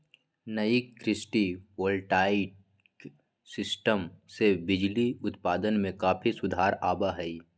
नई कृषि voltaic system से बिजली उत्पादन में काफी सुधार आवा हई